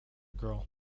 girl